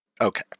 Okay